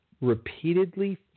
repeatedly